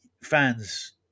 fans